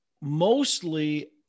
mostly